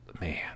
man